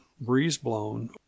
breeze-blown